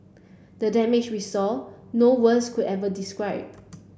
the damage we saw no words could ever describe